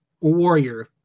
warrior